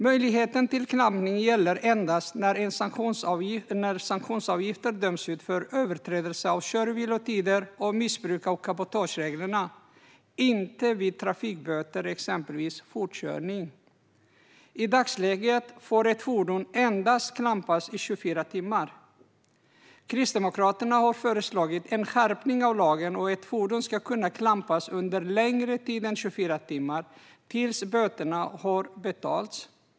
Möjligheten till klampning gäller endast när sanktionsavgifter döms ut för överträdelser av kör och vilotider och missbruk av cabotagereglerna, inte vid trafikböter, exempelvis fortkörning. I dagsläget får ett fordon endast klampas i 24 timmar. Kristdemokraterna har föreslagit en skärpning av lagen så att fordon ska kunna klampas under längre tid än 24 timmar, tills böterna har betalts.